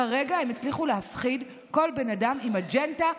כרגע הם הצליחו להפחיד כל בן אדם עם אג'נדה,